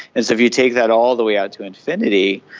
and so if you take that all the way out to infinity,